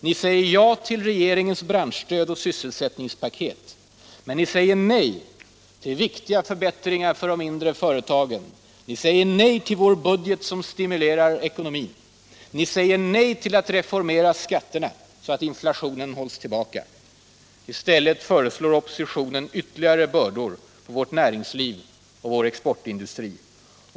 Ni säger ja till regeringens branschstöd och sysselsättningspaket, men ni säger nej till viktiga förbättringar för de mindre företagen. Ni säger nej till vår budget som stimulerar ekonomin. Ni säger nej till att reformera skatterna, så att inflationen hålls tillbaka. I stället föreslår oppositionen ytterligare bördor på vårt näringsliv och vår exportindustri.